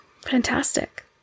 Fantastic